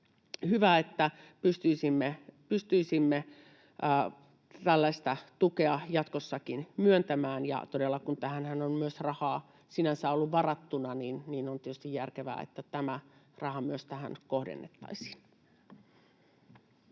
hyvä, että pystyisimme tällaista tukea jatkossakin myöntämään. Todella, kun tähänhän on myös rahaa sinänsä ollut varattuna, niin on tietysti järkevää, että tämä raha tähän myös kohdennettaisiin.